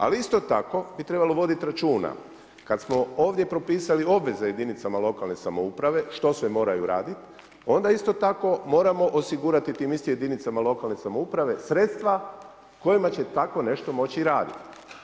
Ali isto tako bi trebalo voditi računa kad smo ovdje propisali obveze jedinicama lokalne samouprave što sve moraju raditi, onda isto tako moramo osigurati tim istim jedinicama lokalne samouprave sredstva kojima će tako nešto moći i raditi.